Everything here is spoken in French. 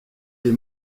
des